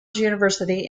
university